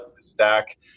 stack